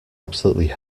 absolutely